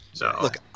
Look